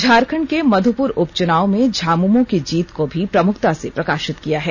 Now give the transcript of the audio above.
झारखंड के मधुपूर उपचुनाव में झामूमो की जीत को भी प्रमुखता से प्रकाषित किया है